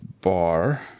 bar